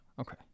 Okay